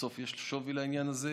בסוף יש שווי לעניין הזה.